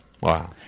Wow